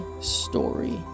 story